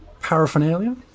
paraphernalia